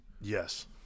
Yes